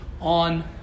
on